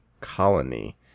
colony